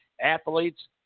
athletes